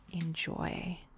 Enjoy